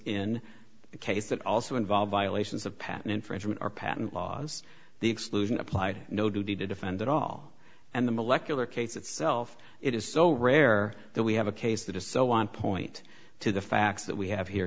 a case that also involve violations of patent infringement or patent laws the exclusion applied no duty to defend at all and the molecular case itself it is so rare that we have a case that is so on point to the facts that we have here